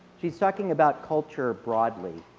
she is talking about culture broadly.